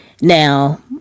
Now